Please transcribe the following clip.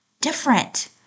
different